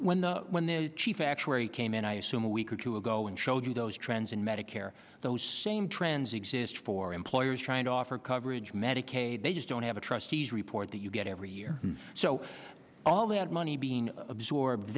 when the chief actuary came in i assume a week or two ago and showed you those in medicare those same trends exist for employers trying to offer coverage medicaid they just don't have the trustees report that you get every year so all that money being absorbed